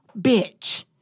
bitch